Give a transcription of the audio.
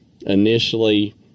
initially